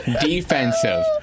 Defensive